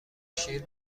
شیر